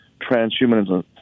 transhumanism